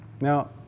Now